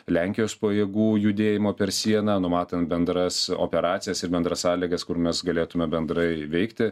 lenkijos pajėgų judėjimo per sieną numatant bendras operacijas ir bendras sąlygas kur mes galėtume bendrai veikti